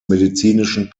medizinischen